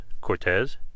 Cortez